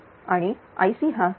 आणि IC हा 23